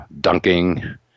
dunking